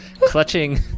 clutching